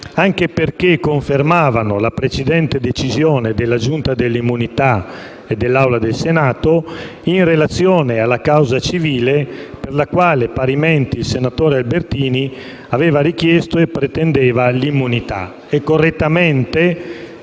anche perché confermavano la precedente decisione della Giunta delle immunità e dell'Aula del Senato in relazione alla causa civile per la quale, parimenti, il senatore Albertini aveva richiesto e pretendeva l'immunità, che correttamente,